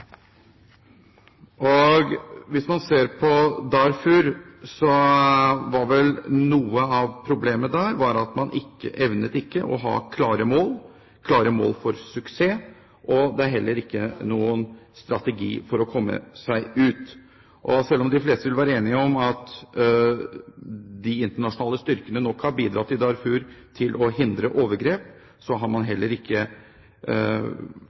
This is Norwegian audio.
Hvis man ser på Darfur, var vel noe av problemet der at man ikke evnet å ha klare mål for suksess, og det er heller ikke noen strategi for å komme seg ut. Selv om de fleste vil være enige om at de internasjonale styrkene nok har bidratt i Darfur til å hindre overgrep, så har man heller ikke